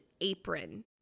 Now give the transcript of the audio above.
apron